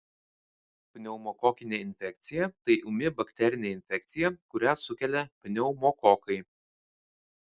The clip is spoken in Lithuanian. pneumokokinė infekcija tai ūmi bakterinė infekcija kurią sukelia pneumokokai